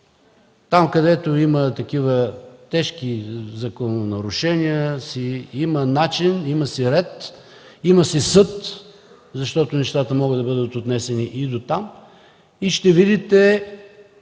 Там, където има тежки закононарушения, си има начин, има си ред, има си съд, защото нещата могат да бъдат отнесени и дотам, и ще видите